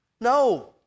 No